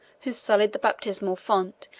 who sullied the baptismal font,